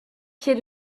pied